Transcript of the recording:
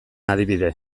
adibide